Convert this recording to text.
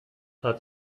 hat